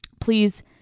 please